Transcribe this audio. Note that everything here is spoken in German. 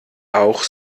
auch